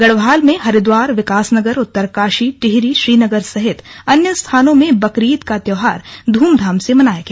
गढ़वाल में हरिद्वार विकासनगर उत्तरकाशी टिहरी श्रीनगर सहित अन्य स्थानों में बकरीद का त्योहार धूमधाम से मनाया गया